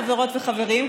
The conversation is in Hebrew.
חברות וחברים,